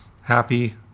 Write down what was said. happy